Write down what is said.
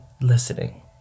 listening